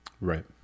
Right